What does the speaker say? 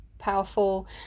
powerful